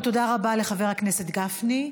קודם כול, תודה רבה לחבר הכנסת גפני.